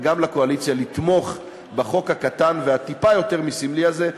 וגם לקואליציה לתמוך בחוק הקטן והטיפה יותר מסמלי הזה,